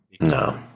No